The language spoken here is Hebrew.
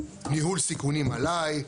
ניהול סיכונים עליי,